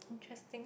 interesting